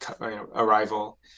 arrival